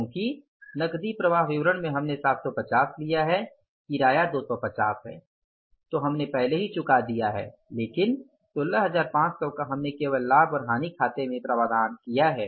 क्योंकि नकदी प्रवाह विवरण में हमने 750 लिया है किराया 250 है जो हमने पहले ही चुका दिया है लेकिन 16500 का हमने केवल लाभ और हानि खाते में प्रावधान किया है